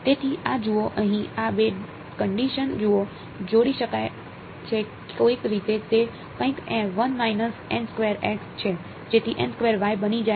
તેથી આ જુઓ અહીં આ બે કંડિશન જુઓ જોડી શકાય છે કોઈક રીતે તે કંઈક છે જેથી બની જાય છે